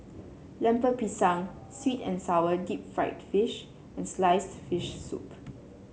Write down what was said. Lemper Pisang sweet and sour Deep Fried Fish and sliced fish soup